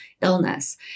illness